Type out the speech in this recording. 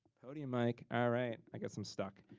podium mic, alright. i guess i'm stuck.